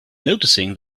noticing